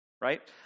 right